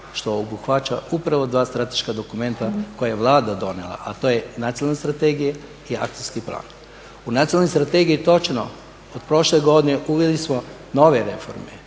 što obuhvaća upravo dva strateška dokumenta koja je Vlada donijela, a to je nacionalna strategija i akcijski plan. U nacionalnoj strategiji točno od prošle godine uveli smo nove reforme